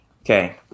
okay